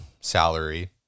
salary